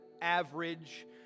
average